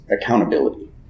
accountability